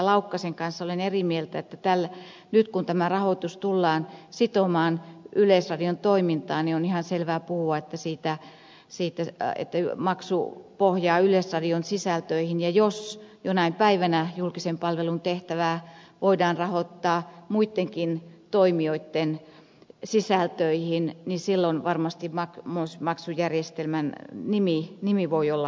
laukkasen kanssa olen eri mieltä että nyt kun tämä rahoitus tullaan sitomaan yleisradion toimintaan niin on ihan selvää puhua että maksu pohjaa yleisradion sisältöihin ja jos jonain päivänä julkisen palvelun tehtävän toteuttamiseksi voidaan rahoittaa muittenkin toimijoitten sisältöjä niin silloin varmasti myös maksujärjestelmän nimi voi olla joku toinen